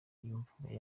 yumvaga